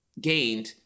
gained